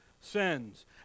sins